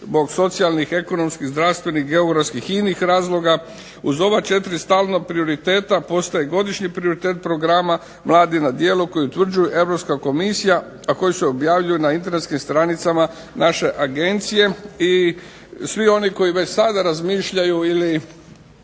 zbog socijalnih, ekonomskih, zdravstvenih, geografskih i inih razloga. Uz ova četiri stalna prioriteta postoje godišnji prioritet programa Mladi na djelu koji utvrđuju Europska komisija, a koji se objavljuju na internetskim stranicama naše agencije. I svi oni koji već sada razmišljaju ili